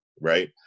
right